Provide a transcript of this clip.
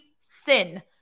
sin